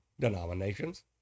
denominations